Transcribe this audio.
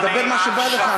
דבר מה שבא לך.